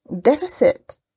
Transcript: deficit